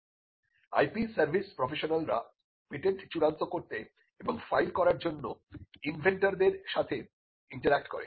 IP service প্রফেশনালরা patent চূড়ান্ত করতে এবং ফাইল করার জন্য ইনভেন্টরদের সাথে ইন্টারঅ্যাক্ট করে